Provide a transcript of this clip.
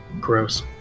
gross